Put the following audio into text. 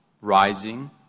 rising